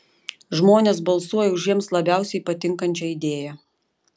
žmonės balsuoja už jiems labiausiai patinkančią idėją